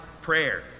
prayer